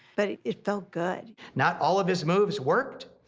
but it felt good. not all of his moves worked,